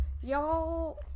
Y'all